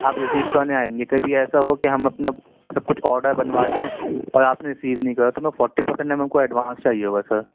آپ ریسیو کرنے آئیں گے کبھی ایسا ہو کہ ہم اپنا کچھ آڈر بنوا لیں اور آپ نے ریسیو نہیں کرا تو میں فورٹی پرسینٹ ہم کو ایڈوانس چاہیے ہوگا سر